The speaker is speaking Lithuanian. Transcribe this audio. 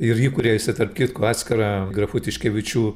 ir įkūria jisai tarp kitko atskirą grafų tiškevičių